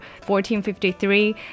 1453